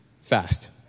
fast